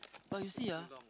but you see ah